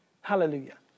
Hallelujah